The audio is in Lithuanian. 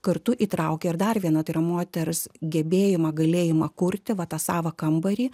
kartu įtraukia ir dar vieną tai yra moters gebėjimą galėjimą kurti va tą savą kambarį